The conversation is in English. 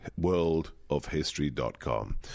worldofhistory.com